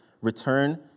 return